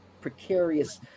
precarious